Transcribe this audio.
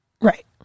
Right